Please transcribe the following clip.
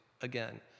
Again